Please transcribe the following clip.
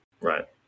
right